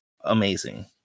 amazing